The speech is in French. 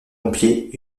pompiers